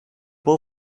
were